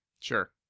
sure